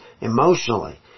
emotionally